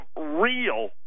real